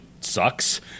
sucks